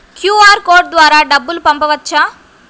QR code ద్వారా డబ్బులు పంపవచ్చా?